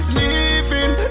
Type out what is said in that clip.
living